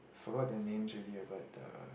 forgot their names already ah but uh